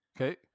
Okay